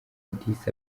addis